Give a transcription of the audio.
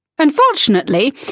Unfortunately